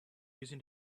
using